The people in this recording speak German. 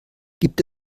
gibt